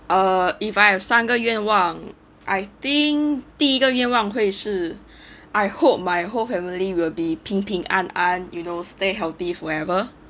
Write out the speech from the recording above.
err if I have 三个愿望 I think 第一个愿望会是 I hope my whole family will be 平平安安 you know stay healthy forever